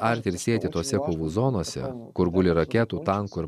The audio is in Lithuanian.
arti ir sėti tose kovų zonose kur guli raketų tankų ir